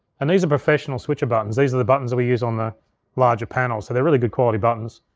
and these are professional switcher buttons. these are the buttons that we use on the larger panels, so they're really good quality buttons.